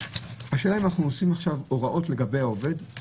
השאלה אם אנחנו עושים עכשיו הוראות לגבי העובד או